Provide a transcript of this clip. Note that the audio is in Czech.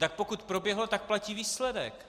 Tak pokud proběhlo, tak platí výsledek.